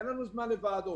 אין לנו זמן לוועדות,